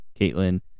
Caitlin